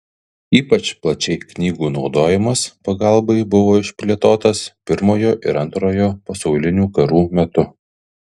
ypač plačiai knygų naudojimas pagalbai buvo išplėtotas pirmojo ir antrojo pasaulinių karų metu